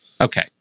Okay